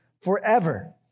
forever